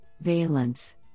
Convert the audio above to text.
valence